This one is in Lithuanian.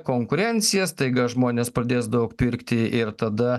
konkurencija staiga žmonės pradės daug pirkti ir tada